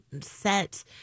set